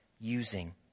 using